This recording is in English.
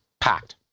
packed